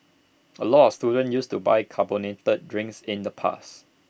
A lot of students used to buy carbonated drinks in the past